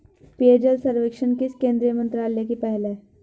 पेयजल सर्वेक्षण किस केंद्रीय मंत्रालय की पहल है?